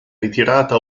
ritirata